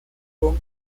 con